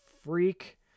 freak